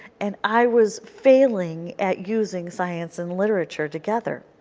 and i was failing at using science and literature together.